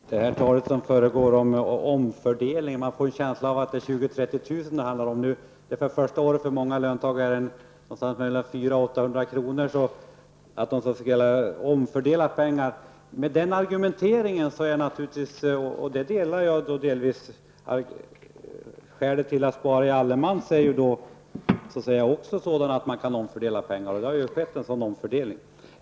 Fru talman! Det tal som förekommer om omfördelning ger en känsla av att det är 20 000-- 30 000 det handlar om. För det första året handlar det för många löntagare om mellan 400 och 800 Skälen till att spara i allemanssparandet och allemansfonder är så att säga också att det kan sägas ge till resultat en omfördelning av pengarna, och en sådan omfördelning har också skett.